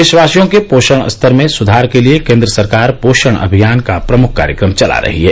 देशवासियों के पोषण स्तर में सुधार के लिए केन्द्र सरकार पोषण अभियान का प्रमुख कार्यक्रम चला रही है